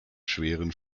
schweren